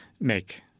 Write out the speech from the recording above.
make